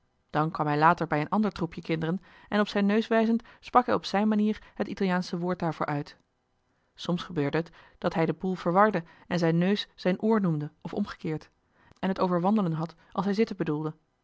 dan kwam hij later bij een ander troepje kinderen en op zijn neus wijzend sprak hij op zijn manier het italiaansche woord daarvoor uit soms gebeurde het dat hij den boel verwarde en zijn neus zijn oor noemde of omgekeerd en het over wandelen had als hij zitten bedoelde